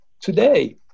Today